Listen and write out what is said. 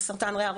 וסרטן ריאה,